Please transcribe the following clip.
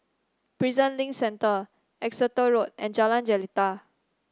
Prison Link Centre Exeter Road and Jalan Jelita